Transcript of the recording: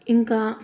ఇంకా